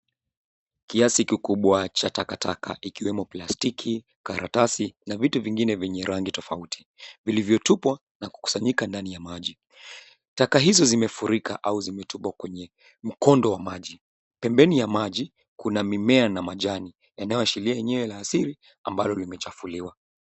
Kiasi kikubwa cha takataka ikiwemo plastiki, karatasi na vitu vingine vyenye rangi tofauti vilivyotupwa na kukusanyika ndani ya maji taka hizo zimefurika au zimetupwa kwenye mkondo wa maji pembeni ya maji kuna mimea na majani yanayoashiria eneo la asili ambalo limechafuliwa.